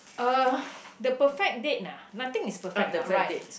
uh the perfect date ah nothing is perfect lah right